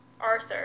Arthur